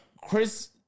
Chris